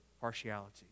partiality